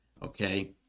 Okay